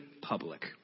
public